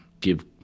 give